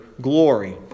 glory